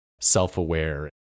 self-aware